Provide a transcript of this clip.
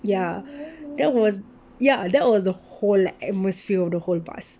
ya that was ya that was the whole atmosphere of the whole bus